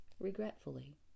Regretfully